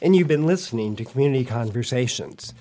and you've been listening to community conversations